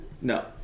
No